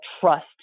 trust